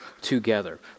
together